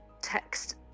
text